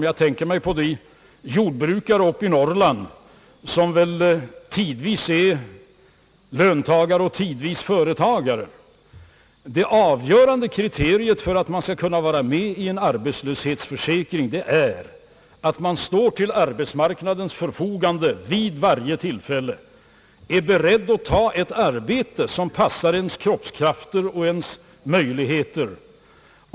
Jag tänker på de jordbrukare i Norrland som väl tidvis är löntagare och tidvis företagare. Det avgörande kriteriet för att man skall kunna vara med i en arbetslöshetsförsäkring är att man står till arbetsmarknadens förfogande vid varje tillfälle, är beredd att ta ett arbete som passar ens kroppskrafter och möjligheter.